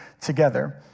together